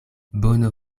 bono